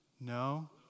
No